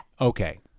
Okay